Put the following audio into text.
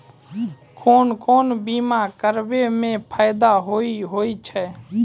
कोन कोन बीमा कराबै मे फायदा होय होय छै?